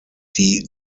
die